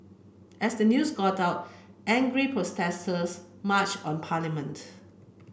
as the news got out angry protesters marched on parliament